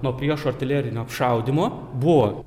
nuo priešų artilerinio apšaudymo buvo